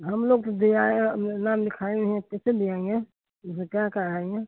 हम लोग तो दे आऍं हैं नाम लिखाएं हैं कैसे ले आऍंगे जैसे क्या कराएँगे